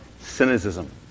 Cynicism